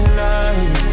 life